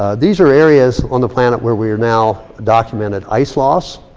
ah these are areas on the planet where we're now documented ice loss.